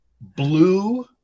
blue